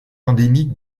endémique